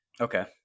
Okay